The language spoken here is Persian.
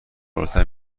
بالاتر